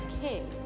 king